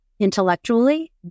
intellectually